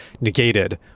negated